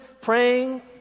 praying